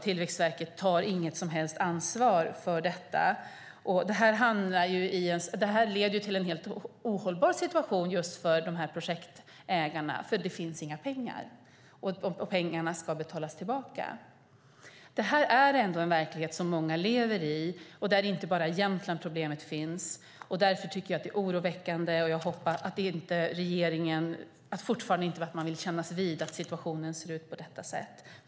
Tillväxtverket tar inget som helst ansvar för detta. Sådant här leder till en helt ohållbar situation för projektägarna då det inte finns några pengar samtidigt som pengar ska betalas tillbaka. Denna verklighet lever många i. Det är inte bara i Jämtland som problemet finns. Därför tycker jag att det är oroväckande att man fortfarande inte vill kännas vid att det ser ut på detta sätt.